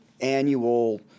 annual